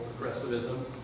progressivism